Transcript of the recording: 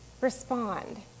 respond